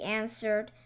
answered